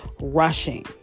rushing